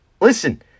Listen